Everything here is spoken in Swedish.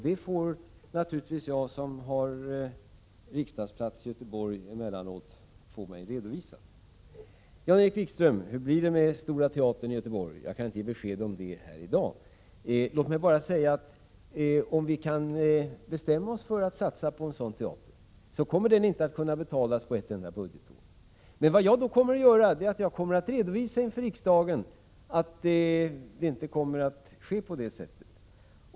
Jag, som sitter på en riksdagsplats för Göteborg, får mig naturligtvis detta redovisat emellanåt. Jan-Erik Wikström! Hur blir det med Stora teatern i Göteborg? — jag kan inte ge besked om det här i dag. Låt mig bara säga att om vi kan bestämma oss för att satsa på en sådan teater, kommer den inte att kunna betalas på ett enda budgetår. Men då kommer jag att inför riksdagen redovisa att det inte kommer att gå till på det sättet.